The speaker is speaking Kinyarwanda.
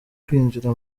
kwinjira